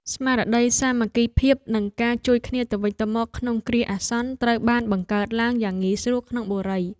ស្មារតីសាមគ្គីភាពនិងការជួយគ្នាទៅវិញទៅមកក្នុងគ្រាអាសន្នត្រូវបានបង្កើតឡើងយ៉ាងងាយស្រួលក្នុងបុរី។